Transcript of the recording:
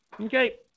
okay